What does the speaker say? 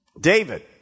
David